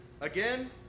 Again